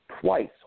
twice